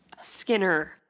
Skinner